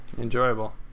enjoyable